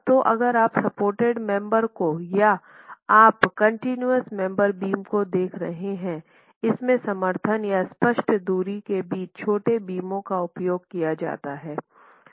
तो अगर आप सपोर्टेड मेंबर को या आप कॉन्टिनोस मेंबर बीम को देख रहे हैं इसमे समर्थन या स्पष्ट दूरी के बीच छोटे बीमों का उपयोग किया जाता हैं